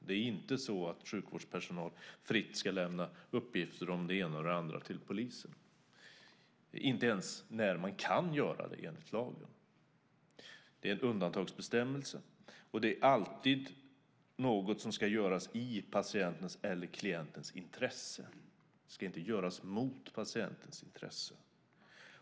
Det är inte så att sjukvårdspersonal fritt ska lämna uppgifter om det ena och det andra till polisen, inte ens när man kan göra det enligt lagen. Det är en undantagsbestämmelse. För det andra är det alltid något som ska göras i patientens eller klientens intresse. Det ska inte göras mot patientens intresse.